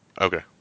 Okay